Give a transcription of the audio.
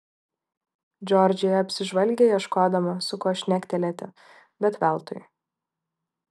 džordžija apsižvalgė ieškodama su kuo šnektelėti bet veltui